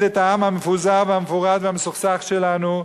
את העם המפוזר והמפורד והמסוכסך שלנו,